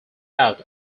out